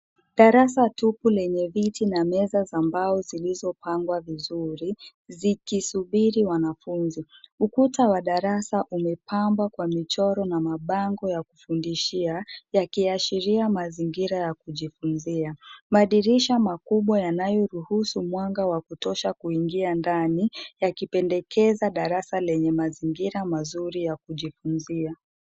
Darasa tupu lenye viti na meza za mbao zilizopangwa vizuri zikisubiri wanafunzi. Ukuta wa darasa umepambwa kwa michoro na mabango ya kufundishia yakiashiria mazingira ya kujifunzia. Madirisha makubwa yanayoruhusu mwanga wa kutosha kuingia ndani yakipendekeza darasa lenye mazingira mazuri ya kujifunzia.